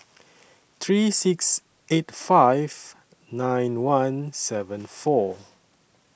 three six eight five nine one seven four